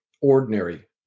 ordinary